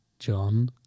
John